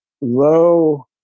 Low